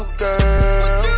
girl